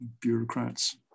bureaucrats